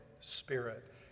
spirit